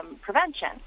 prevention